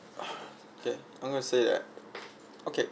okay I'm gonna say that okay